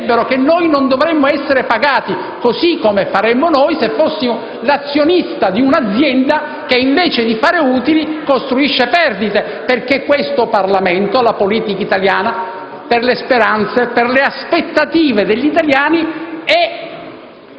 ci direbbero che noi non dovremmo essere pagati, così come faremmo noi se fossimo gli azionisti di un'azienda che invece di produrre utili costruisce perdite, perché questo Parlamento, la politica italiana, per le speranze, per le aspettative degli italiani è